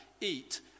eat